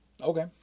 Okay